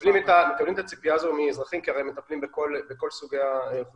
מקבלים את זה מאזרחים כי הם מטפלים בכל סוגי האוכלוסיות,